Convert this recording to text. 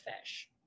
fish